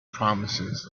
promises